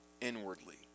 inwardly